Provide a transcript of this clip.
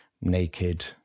naked